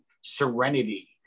Serenity